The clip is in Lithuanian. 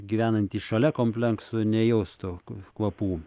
gyvenantys šalia konplenksų nejaustų kvapų